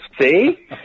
See